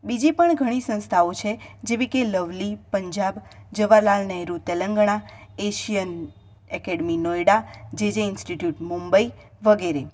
બીજી પણ ઘણી સંસ્થાઓ છે જેવી કે Lovely Punjab Jawaharlal Nehru Telangana Asian academy Noida JJ institute Mumbai વગેરે